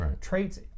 Traits